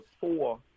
four